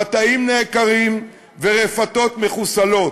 מטעים נעקרים ורפתות מחוסלות.